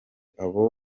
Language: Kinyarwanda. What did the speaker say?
abo